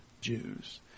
Jews